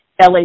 LA